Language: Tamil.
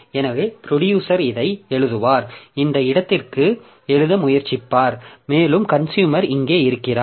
எனவே ப்ரொடியூசர் இதை எழுதுவார் இந்த இடத்திற்கு எழுத முயற்சிப்பார் மேலும் கன்சுயூமர் இங்கே இருக்கிறார்